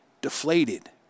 deflated